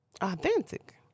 authentic